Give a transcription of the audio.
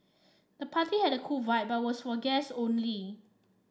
the party had a cool vibe but was for guests only